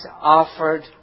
offered